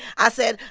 i said,